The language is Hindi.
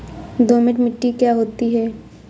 दोमट मिट्टी क्या होती हैं?